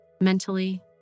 mentally